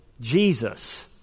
Jesus